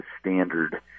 standard